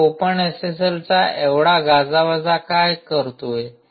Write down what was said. मी open एसएसएलच एवढा गाजावाजा का करतोय